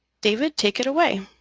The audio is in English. david take it away.